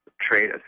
Trade